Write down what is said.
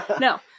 No